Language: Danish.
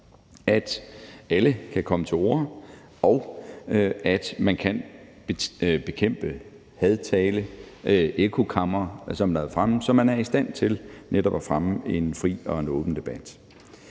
at alle kan komme til orde, og at man kan bekæmpe hadtale og ekkokamre, som det har været fremme, så man er i stand til netop at fremme en fri og en åben debat.